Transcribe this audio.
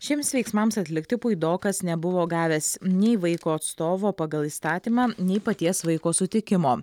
šiems veiksmams atlikti puidokas nebuvo gavęs nei vaiko atstovo pagal įstatymą nei paties vaiko sutikimo